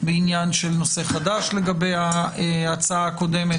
בעניין נושא חדש לגבי ההצעה הקודמת,